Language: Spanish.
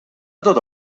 todo